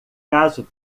caso